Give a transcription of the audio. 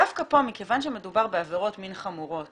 דווקא פה, מכיוון שמדובר בעבירות מין חמורות,